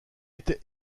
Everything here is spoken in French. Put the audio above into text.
était